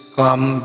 come